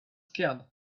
scared